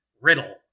Riddle